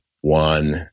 one